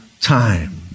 time